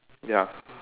ya